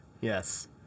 yes